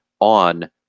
on